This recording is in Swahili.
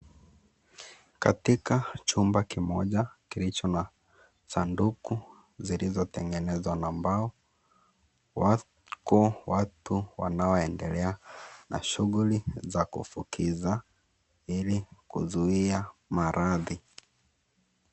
Katika chumba kimoja, kilicho na sanduku zilizotengenezwa na mbao. wako watu wanaoendelea na shughuli za kufukiza, ili kuzuia maradhi.